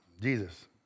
Jesus